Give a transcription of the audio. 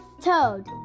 Toad